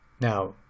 Now